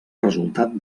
resultat